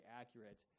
accurate